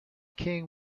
king